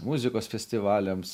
muzikos festivaliams